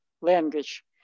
language